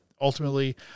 ultimately